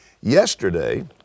Yesterday